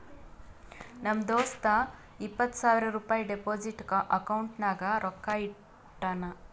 ನಮ್ ದೋಸ್ತ ಇಪ್ಪತ್ ಸಾವಿರ ರುಪಾಯಿ ಡೆಪೋಸಿಟ್ ಅಕೌಂಟ್ನಾಗ್ ರೊಕ್ಕಾ ಇಟ್ಟಾನ್